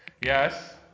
Yes